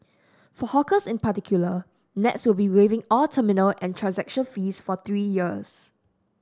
for hawkers in particular Nets will be waiving all terminal and transaction fees for three years